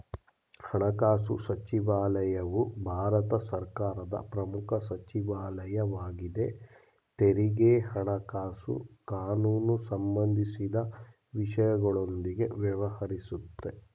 ಹಣಕಾಸುಸಚಿವಾಲಯವು ಭಾರತ ಸರ್ಕಾರದ ಪ್ರಮುಖ ಸಚಿವಾಲಯ ವಾಗಿದೆ ತೆರಿಗೆ ಹಣಕಾಸು ಕಾನೂನುಸಂಬಂಧಿಸಿದ ವಿಷಯಗಳೊಂದಿಗೆ ವ್ಯವಹರಿಸುತ್ತೆ